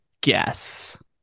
guess